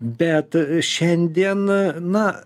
bet šiandien na